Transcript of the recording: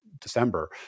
December